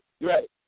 right